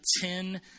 ten